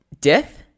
Death